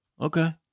okay